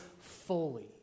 fully